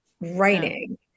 writing